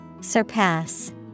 Surpass